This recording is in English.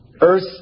Earth